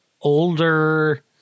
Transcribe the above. older